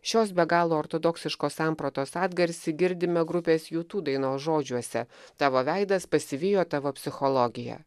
šios be galo ortodoksiškos sampratos atgarsį girdime grupės jūtū dainos žodžiuose tavo veidas pasivijo tavo psichologiją